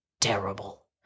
Terrible